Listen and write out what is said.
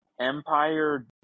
Empire